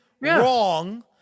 wrong